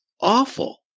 awful